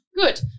Good